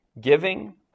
giving